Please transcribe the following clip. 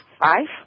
five